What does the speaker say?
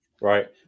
right